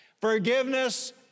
forgiveness